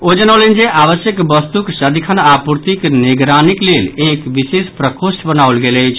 ओ जनौलनि जे आवश्यक वस्तुक सदिखन आपूर्तिक निगरानीक लेल एक विशेष प्रकोष्ठ बनाओल गेल अछि